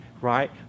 right